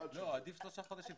עדיף שלושה חודשים.